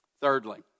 Thirdly